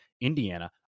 Indiana